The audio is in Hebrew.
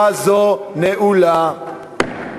(הפטר לחייב מוגבל